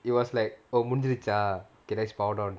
it was like oh முடுஞ்சுருச்சா:mudunjurucha